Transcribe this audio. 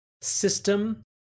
system